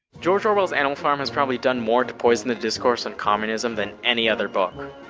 george orwell's animal farm has probably done more to poison the discourse on communism than any other book.